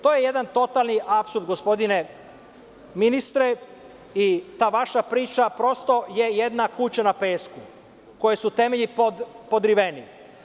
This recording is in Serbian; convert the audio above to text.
To je jedan totalni apsurd gospodine ministre i ta vaša priča prosto je jedna kuća na pesku, kojoj su temelji podriveni.